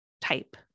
type